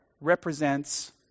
represents